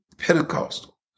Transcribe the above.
Pentecostal